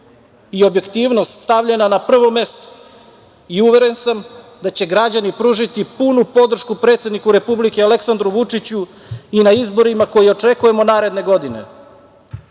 i objektivnost stavljena na prvo mesto. Uveren sam da će građani pružiti punu podršku predsedniku Republike Aleksandru Vučiću i na izborima koje očekujemo naredne godine. Kao